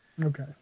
Okay